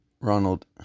Ronald